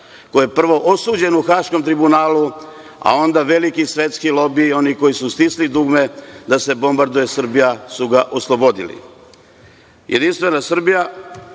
koji je prvo osuđen u Haškom tribunalu, a onda veliki svetski lobiji i oni koji su stisli dugme da se bombarduje Srbija su ga oslobodili.